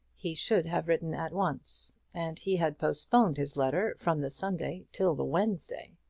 he should have written at once, and he had postponed his letter from the sunday till the wednesday.